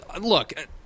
Look